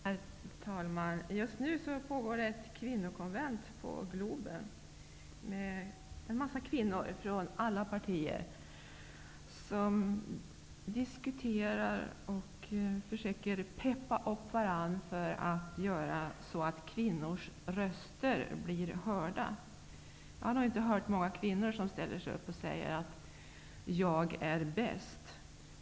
Herr talman! Just ju pågår ett kvinnokonvent på De diskuterar och försöker ''peppa upp'' varandra till att göra kvinnors röster hörda. Man har inte hört många kvinnor som ställer sig upp och säger: Jag är bäst!